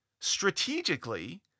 strategically